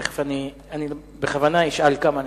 אני בכוונה אשאל כמה אנשים.